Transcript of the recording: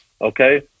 okay